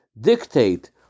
dictate